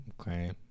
okay